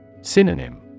Synonym